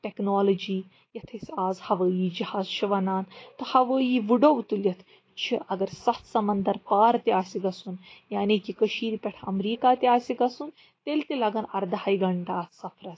technology یَتھ أسۍ آز ہوٲیی جَہاز چھِ وَنان تہٕ ہوٲیی وُڈو تُلِتھ چھِ اَگر سَتھ سَمنٛدر پار تہِ آسہِ گژھُن یعنی کہِ کٔشیٖرِ پٮ۪ٹھ اَمریٖکہ تہِ آسہِ گژھُن تیٚلہِ تہِ لَگیٚن اَرداہے گَھنٹہٕ اَتھ سفرَس